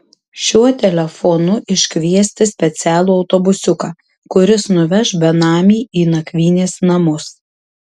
šiuo telefonu iškviesti specialų autobusiuką kuris nuveš benamį į nakvynės namus